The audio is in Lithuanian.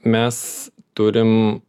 mes turim